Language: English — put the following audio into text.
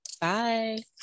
bye